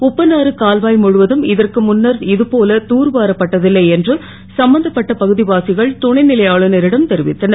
உப்பனாறு கால்வா முழுவதும் இதற்கு முன்னர் இதுபோல தூர்வாரப்பட்ட ல்லை என்று சம்பந்தப்பட்ட பகு வாசிகள் துணை லை ஆளுநரிடம் தெரிவித்தனர்